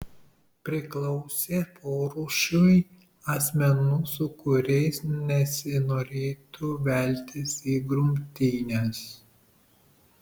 priklausė porūšiui asmenų su kuriais nesinorėtų veltis į grumtynes